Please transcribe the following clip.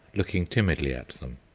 looking timidly at them.